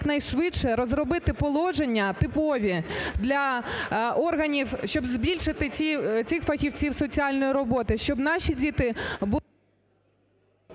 якнайшвидше розробити положення типові для органів, щоб збільшити цих фахівців соціальної роботи, щоб наші діти були…